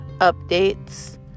updates